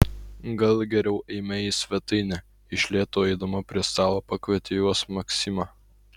gal geriau eime į svetainę iš lėto eidama prie stalo pakvietė juos maksima